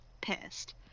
pissed